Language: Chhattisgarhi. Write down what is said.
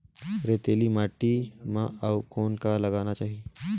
रेतीली माटी म अउ कौन का लगाना चाही?